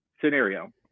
scenario